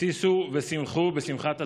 שישו ושמחו בשמחת התורה.